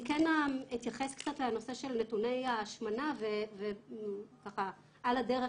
אני כן אתייחס קצת לנושא של נתוני ההשמנה ועל הדרך